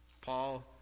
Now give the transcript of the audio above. Paul